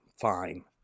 Fine